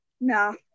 No